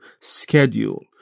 schedule